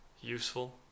Useful